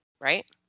Right